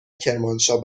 کرمانشاه